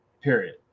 period